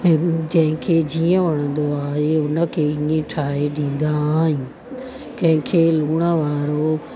जंहिंखें जीअं वणंदो आहे उन खे हुआ ई ठाहे ॾींदा आहियूं कंहिंखें लुणु वारो